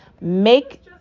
make